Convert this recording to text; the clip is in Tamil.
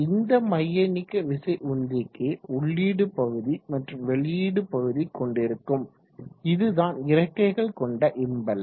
இந்த மையநீக்கவிசை உந்திக்கு உள்ளீடு பகுதி மற்றும் வெளியீடு பகுதி கொண்டிருக்கும் இதுதான் இறக்கைகள் கொண்ட இம்பெல்லர்